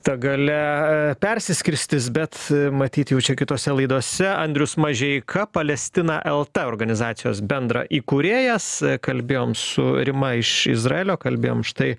ta galia persiskirstys bet matyt jau čia kitose laidose andrius mažeika palestina lt organizacijos bendraįkūrėjas kalbėjom su rima iš izraelio kalbėjom štai